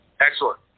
Excellent